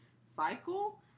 cycle